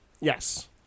Yes